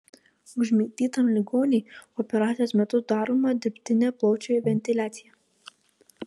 užmigdytam ligoniui operacijos metu daroma dirbtinė plaučių ventiliacija